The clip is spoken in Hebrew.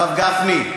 הרב גפני,